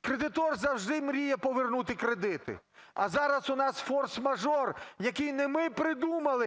Кредитор завжди мріє повернути кредити, а зараз у нас форс-мажор, який не ми придумали…